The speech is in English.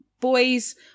Boys